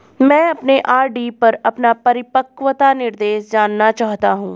मैं अपने आर.डी पर अपना परिपक्वता निर्देश जानना चाहता हूं